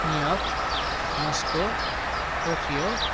New York Moscow Tokyo